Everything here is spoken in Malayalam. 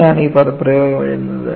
അങ്ങനെയാണ് ഈ പദപ്രയോഗം എഴുതുന്നത്